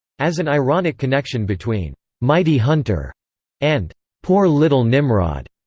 as an ironic connection between mighty hunter and poor little nimrod,